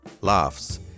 laughs